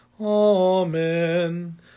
Amen